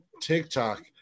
TikTok